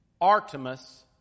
Artemis